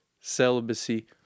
Celibacy